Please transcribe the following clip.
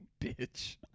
bitch